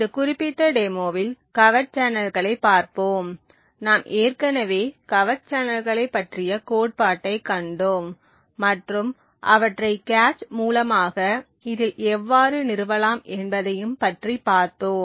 இந்த குறிப்பிட்ட டெமோவில் கவர்ட் சேனல்களைப் பார்ப்போம் நாம் ஏற்கனவே கவர்ட் சேனல்களைப் பற்றிய கோட்பாட்டைக் கண்டோம் மற்றும் அவற்றை கேச் மூலமாக இதில் எவ்வாறு நிறுவலாம் என்பதையும் பற்றி பார்த்தோம்